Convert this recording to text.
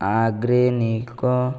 organic